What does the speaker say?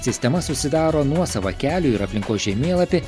sistema susidaro nuosavą kelio ir aplinkos žemėlapį